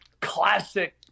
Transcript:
classic